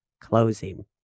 closing